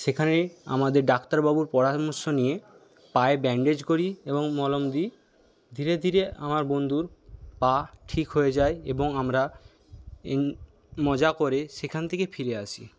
সেখানে আমাদের ডাক্তারবাবুর পরামর্শ নিয়ে পায়ে ব্যান্ডেজ করি এবং মলম দিই ধীরে ধীরে আমার বন্ধুর পা ঠিক হয়ে যায় এবং আমরা মজা করে সেখান থেকে ফিরে আসি